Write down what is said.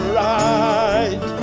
right